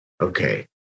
Okay